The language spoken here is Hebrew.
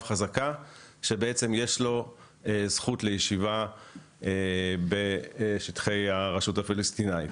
חזקה שבעצם יש לו זכות לישיבה בשטחי הרשות הפלסטינית.